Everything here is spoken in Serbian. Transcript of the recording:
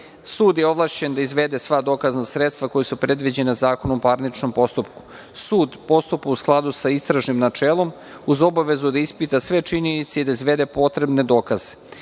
je ovlašćen da izvede sva dokazna sredstva koja su predviđena Zakonom o parničnom postupku. Sud postupa u skladu sa istražnim načelom, uz obavezu da ispita sve činjenice i da izvede potrebne